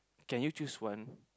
can you choose one